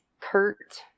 Kurt